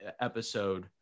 episode